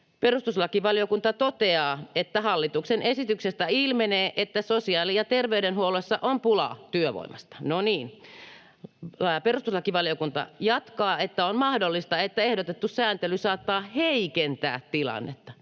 Perustuslakivaliokunta toteaa, että ”hallituksen esityksestä ilmenee, että sosiaali- ja terveydenhuollossa on pulaa työvoimasta”. No niin. Perustuslakivaliokunta jatkaa: ”On mahdollista, että ehdotettu sääntely saattaa heikentää tilannetta.”